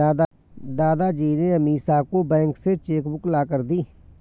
दादाजी ने अमीषा को बैंक से चेक बुक लाकर दी